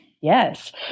Yes